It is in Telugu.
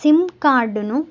సిమ్ కార్డును